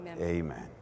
Amen